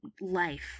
life